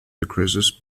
decreases